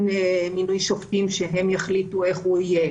מינוי שופטים שהם יחליטו איך הוא יראה.